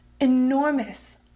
enormous